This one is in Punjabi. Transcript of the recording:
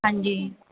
ਹਾਂਜੀ